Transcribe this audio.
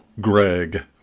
Greg